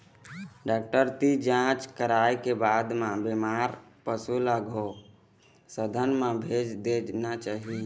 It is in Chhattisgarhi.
डॉक्टर तीर जांच कराए के बाद म बेमार पशु ल गो सदन म भेज देना चाही